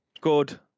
Good